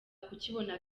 kukibona